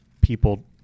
people